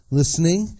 listening